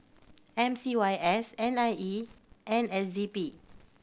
M C Y S N I E and S Z P